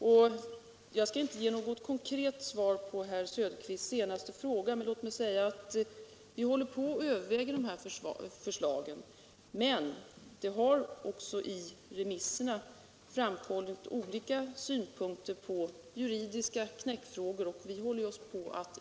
É Jag skall inte ge något konkret svar på herr Söderqvists senaste fråga. Vi överväger förslagen, men i remissvaren har olika synpunkter framkommit på juridiska ”knäckfrågor”.